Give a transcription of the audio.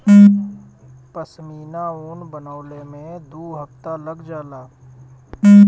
पश्मीना ऊन बनवले में दू हफ्ता लग जाला